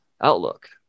outlook